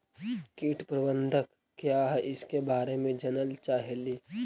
कीट प्रबनदक क्या है ईसके बारे मे जनल चाहेली?